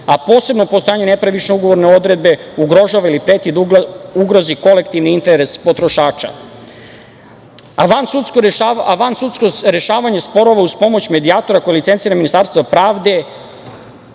a posebno o postojanju nepravične ugovorne odredbe, ugrožava ili preti da ugrozi kolektivni interes potrošača. Vansudsko rešavanje sporova uz pomoć medijatora koje licencira Ministarstvo pravde